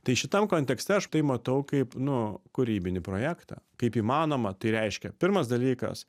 tai šitam kontekste aš tai matau kaip nu kūrybinį projektą kaip įmanomą tai reiškia pirmas dalykas